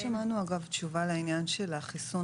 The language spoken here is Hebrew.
לא שמענו תשובה לעניין של החיסון